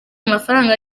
amafaranga